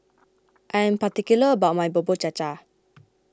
I am particular about my Bubur Cha Cha